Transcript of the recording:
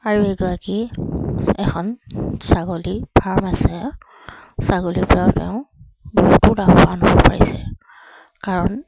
আৰু এগৰাকী এখন ছাগলী ফাৰ্ম আছে ছাগলী ফাৰ্ম তেওঁ বহুতো লাভ আনিব পাৰিছে কাৰণ